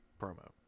promo